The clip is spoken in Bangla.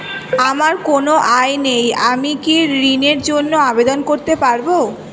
আমার কোনো আয় নেই আমি কি ঋণের জন্য আবেদন করতে পারব?